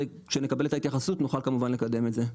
וכשנקבל את ההתייחסות נוכל כמובן לקדם את זה.